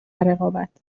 رقابت